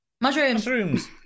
Mushrooms